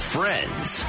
Friends